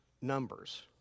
numbers